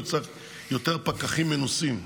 הוא יצטרך יותר פקחים מנוסים,